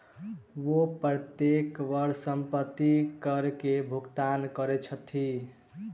ओ प्रत्येक वर्ष संपत्ति कर के भुगतान करै छथि